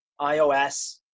iOS